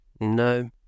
No